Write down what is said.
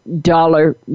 dollar